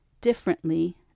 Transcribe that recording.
differently